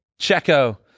Checo